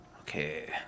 okay